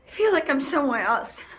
feel like i'm somewhere else.